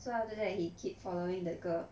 so after that he keep following the girl